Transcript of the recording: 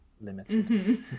Limited